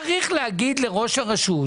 צריך להגיד לראש הרשות,